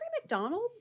McDonald